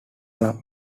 club